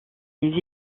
les